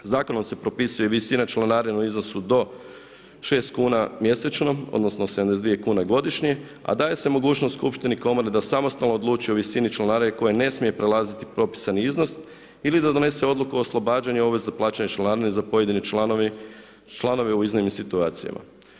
Zakonom se propisuje i visina članarine u iznosu do 6kn mjesečno, odnosno 72 kune godišnje, a daje se mogućnost skupštini komore da samostalno odlučuju o visini članarine koja ne smije prelaziti propisani iznos ili da donese odluku o oslobađanju obveze za plaćanje članarine za pojedine članove u iznimnim situacijama.